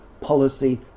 policy